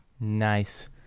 Nice